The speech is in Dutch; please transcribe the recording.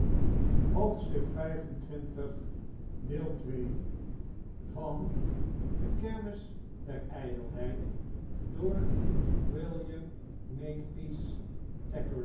de kermis der ijdelheid van william